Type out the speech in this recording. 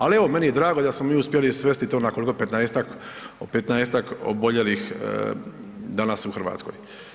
Ali, evo, meni je drago da smo mi uspjeli svesti to na koliko, 15-tak oboljelih danas u Hrvatskoj.